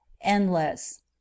endless